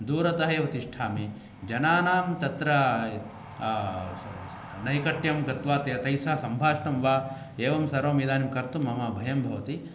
दूरत एव तिष्ठामि जनानां तत्र नैकट्यं गत्वा तै सह सम्भाषणं वा एवं सर्वम् इदानीं कर्तुं मम भयं भवति